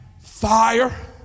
fire